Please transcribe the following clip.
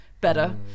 better